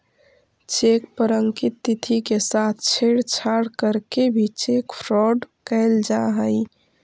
cheque पर अंकित तिथि के साथ छेड़छाड़ करके भी चेक फ्रॉड कैल जा हइ